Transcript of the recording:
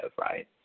Right